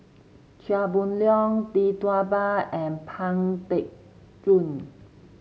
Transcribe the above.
Chia Boon Leong Tee Tua Ba and Pang Teck Joon